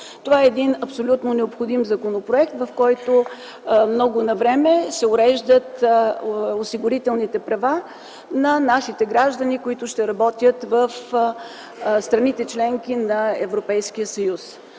Това е един абсолютно необходим законопроект, в който много навреме се уреждат осигурителните права на нашите граждани, които ще работят в страните – членки на Европейския съюз.